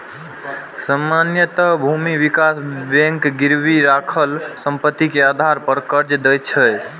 सामान्यतः भूमि विकास बैंक गिरवी राखल संपत्ति के आधार पर कर्ज दै छै